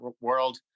world